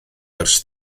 ers